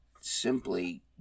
simply